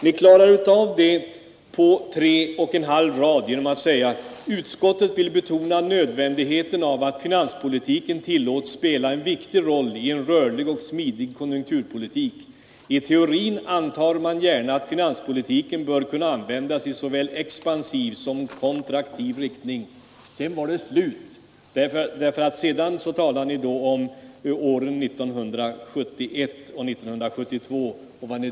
Ni klarar av det på tre och en halv rad genom att säga: ”Utskottet vill betona nödvändigheten av att finanspolitiken tillåts spela en viktig roll i en rörlig och smidig konjunkturpolitik. I teorin antar man gärna att finanspolitiken bör kunna användas i såväl expansiv som kontraktiv riktning.” Sedan talar ni om vad ni tyckte 1971 och 1972.